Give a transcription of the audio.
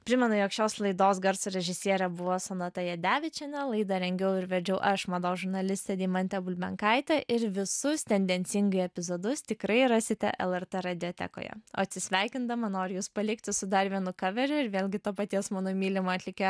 primenu jog šios laidos garso režisierė buvo sonata jadevičienė laidą rengiau ir vedžiau aš mados žurnalistė deimantė bulbenkaitė ir visus tendencingai epizodus tikrai rasite lrt radiotekoje o atsisveikindama noriu jus palikti su dar vienu kaveriu ir vėlgi to paties mano mylimo atlikėjo